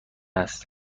است